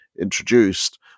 introduced